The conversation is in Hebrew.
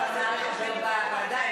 השר נהרי חבר בוועדה,